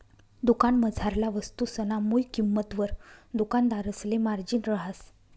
दुकानमझारला वस्तुसना मुय किंमतवर दुकानदारसले मार्जिन रहास